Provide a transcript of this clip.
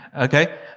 Okay